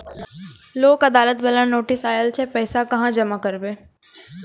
लोक अदालत बाला नोटिस आयल छै पैसा कहां जमा करबऽ?